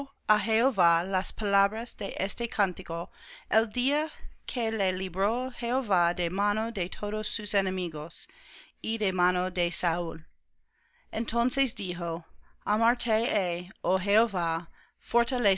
el día que le libró jehová de mano de todos sus enemigos y de mano de saúl entonces dijo